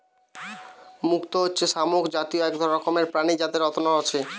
মুক্ত হচ্ছে শামুক জাতীয় এক রকমের প্রাণী যাতে রত্ন হচ্ছে